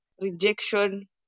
rejection